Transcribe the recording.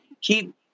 keep